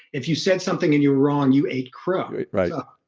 if you said something and you wrong you ate crow, right?